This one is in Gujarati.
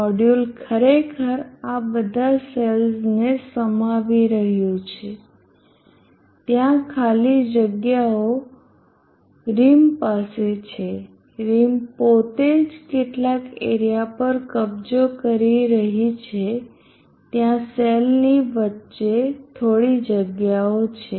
મોડ્યુલ ખરેખર આ બધા સેલ્સને સમાવી રહ્યું છે ત્યાં ખાલી જગ્યાઓ રિમ પાસે છે રિમ પોતે જ કેટલાક એરીયા પર કબજો કરી રહી છે ત્યાં સેલની વચ્ચે થોડી જગ્યાઓ છે